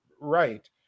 right